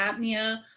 apnea